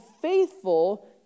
faithful